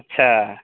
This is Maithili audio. अच्छा